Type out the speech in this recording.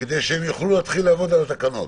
כדי שהם יוכל להתחיל לעבוד על התקנות.